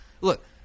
look